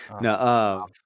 No